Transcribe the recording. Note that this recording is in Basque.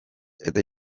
eta